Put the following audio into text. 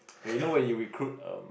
okay you know when you recruit um